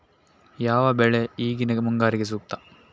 ಯಾವ ಬೆಳೆ ಈಗಿನ ಮುಂಗಾರಿಗೆ ಸೂಕ್ತ?